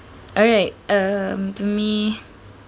alright um to me